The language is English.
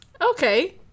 Okay